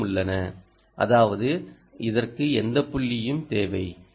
ஓக்களும் உள்ளன அதாவது இதற்கு எந்த புள்ளியும் தேவை